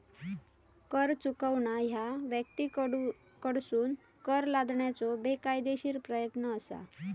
कर चुकवणा ह्या व्यक्तींकडसून कर लादण्याचो बेकायदेशीर प्रयत्न असा